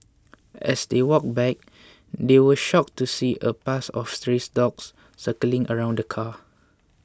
as they walked back they were shocked to see a pack of stray dogs circling around the car